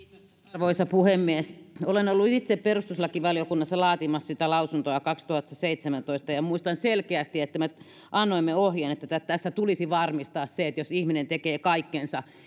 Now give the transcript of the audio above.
arvoisa puhemies olen ollut itse perustuslakivaliokunnassa laatimassa sitä lausuntoa vuonna kaksituhattaseitsemäntoista ja muistan selkeästi että me annoimme ohjeen että tässä tulisi varmistaa se että jos ihminen tekee kaikkensa